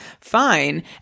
fine